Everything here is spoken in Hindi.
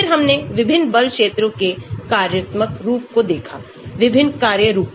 फिर हमने विभिन्न बल क्षेत्र के कार्यात्मक रूप को देखा विभिन्न कार्य रूपों